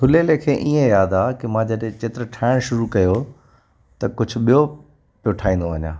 पर थुले लेखे ईअं याद आ के मां जॾैं चित्र ठाहिणु शुरू कयो त कुझु ॿियो पियो ठाहींदो वञा